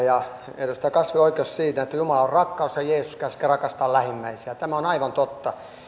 ja edustaja kasvi on oikeassa siitä että jumala on rakkaus ja jeesus käskee rakastamaan lähimmäisiään tämä on aivan totta